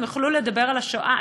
הם יכלו לדבר על השואה,